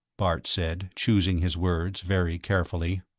bart said, choosing his words very carefully.